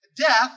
Death